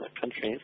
countries